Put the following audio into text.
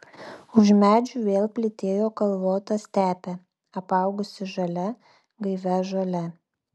už medžių vėl plytėjo kalvota stepė apaugusi žalia gaivia žole